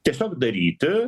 tiesiog daryti